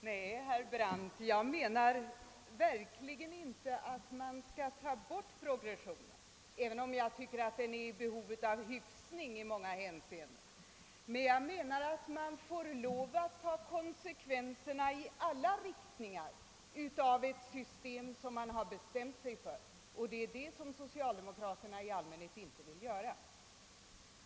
Herr talman! Nej, herr Brandt, jag menar verkligen inte att man skall ta bort progressionen, även om jag tycker att den i många hänseenden är i behov av hyfsning. Men jag anser att man får lov att ta konsekvenserna i alla avseenden av ett system som man själv bestämt sig för — och det är det som socialdemokraterna inte vill göra.